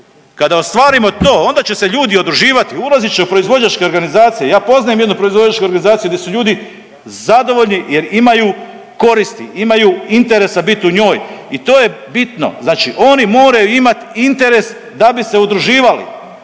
Kada ostvarimo to onda će se ljudi udruživati, ulazit će u proizvođačke organizacije. Ja poznajem jednu proizvođačku organizaciju gdje su ljudi zadovoljni jer imaju koristi, imaju interesa biti u njoj i to je bitno. Znači oni moraju imati interes da bi se udruživali,